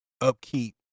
upkeep